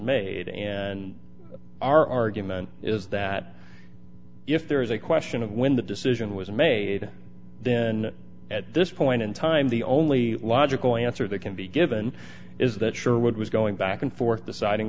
made and our argument is that if there is a question of when the decision was made then at this point in time the only logical answer that can be given is that sherwood was going back and forth deciding